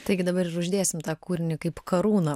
taigi dabar ir uždėsim tą kūrinį kaip karūną